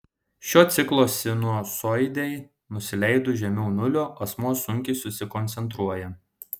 šio ciklo sinusoidei nusileidus žemiau nulio asmuo sunkiai susikoncentruoja